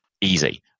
Easy